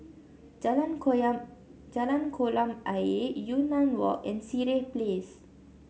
Jalan Koyam Jalan Kolam Ayer Yunnan Walk and Sireh Place